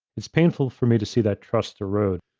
it's painful for me to see that trust erode.